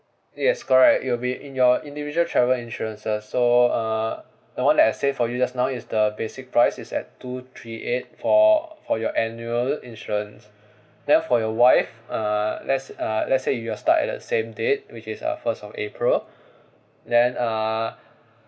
yes correct it will be in your individual travel insurances so uh the one that I said for you just now is the basic price is at two three eight for for your annual insurance then for your wife uh let's uh let's say you are start at the same date which is uh first of april then uh